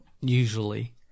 usually